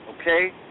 Okay